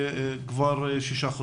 למעלה מחצי שנה.